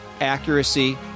accuracy